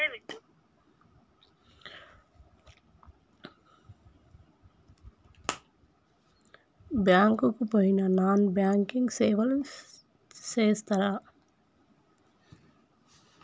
Bank కి పోయిన non banking సేవలు చేస్తరా?